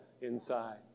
inside